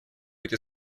быть